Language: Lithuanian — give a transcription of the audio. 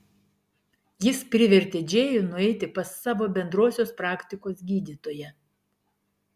jis privertė džėjų nueiti pas savo bendrosios praktikos gydytoją